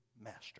Master